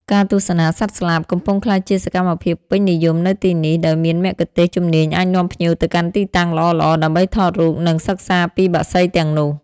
ការទស្សនាសត្វស្លាប កំពុងក្លាយជាសកម្មភាពពេញនិយមនៅទីនេះ ដោយមានមគ្គុទ្ទេសក៍ជំនាញអាចនាំភ្ញៀវទៅកាន់ទីតាំងល្អៗដើម្បីថតរូប និងសិក្សាពីបក្សីទាំងនោះ។